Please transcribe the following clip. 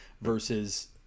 versus